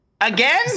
Again